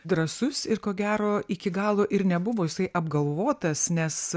drąsus ir ko gero iki galo ir nebuvo jisai apgalvotas nes